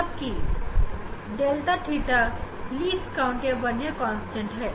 जिसमें 𝛿θ least count या vernier constant है